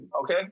okay